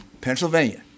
Pennsylvania